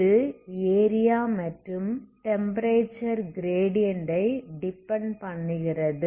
இது ஏரியா மற்றும் temperature gradient ஐ டிப்பெண்ட் பண்ணுகிறது